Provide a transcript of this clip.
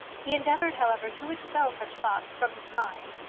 he endeavoured, however, to expel such thoughts from his mind,